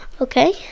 okay